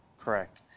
correct